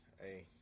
Hey